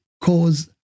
cause